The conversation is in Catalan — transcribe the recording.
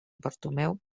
bartomeu